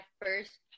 first